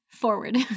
forward